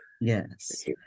Yes